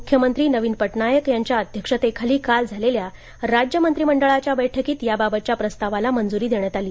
मुख्यमंत्री नवीन पटनाईक यांच्या अध्यक्षतेखाली काल झालेल्या राज्य मंत्रिमंडळाच्या बैठकीत याबाबतच्या प्रस्तावाला मंजुरी देण्यात आली